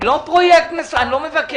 לא פרויקט, אני לא מבקש.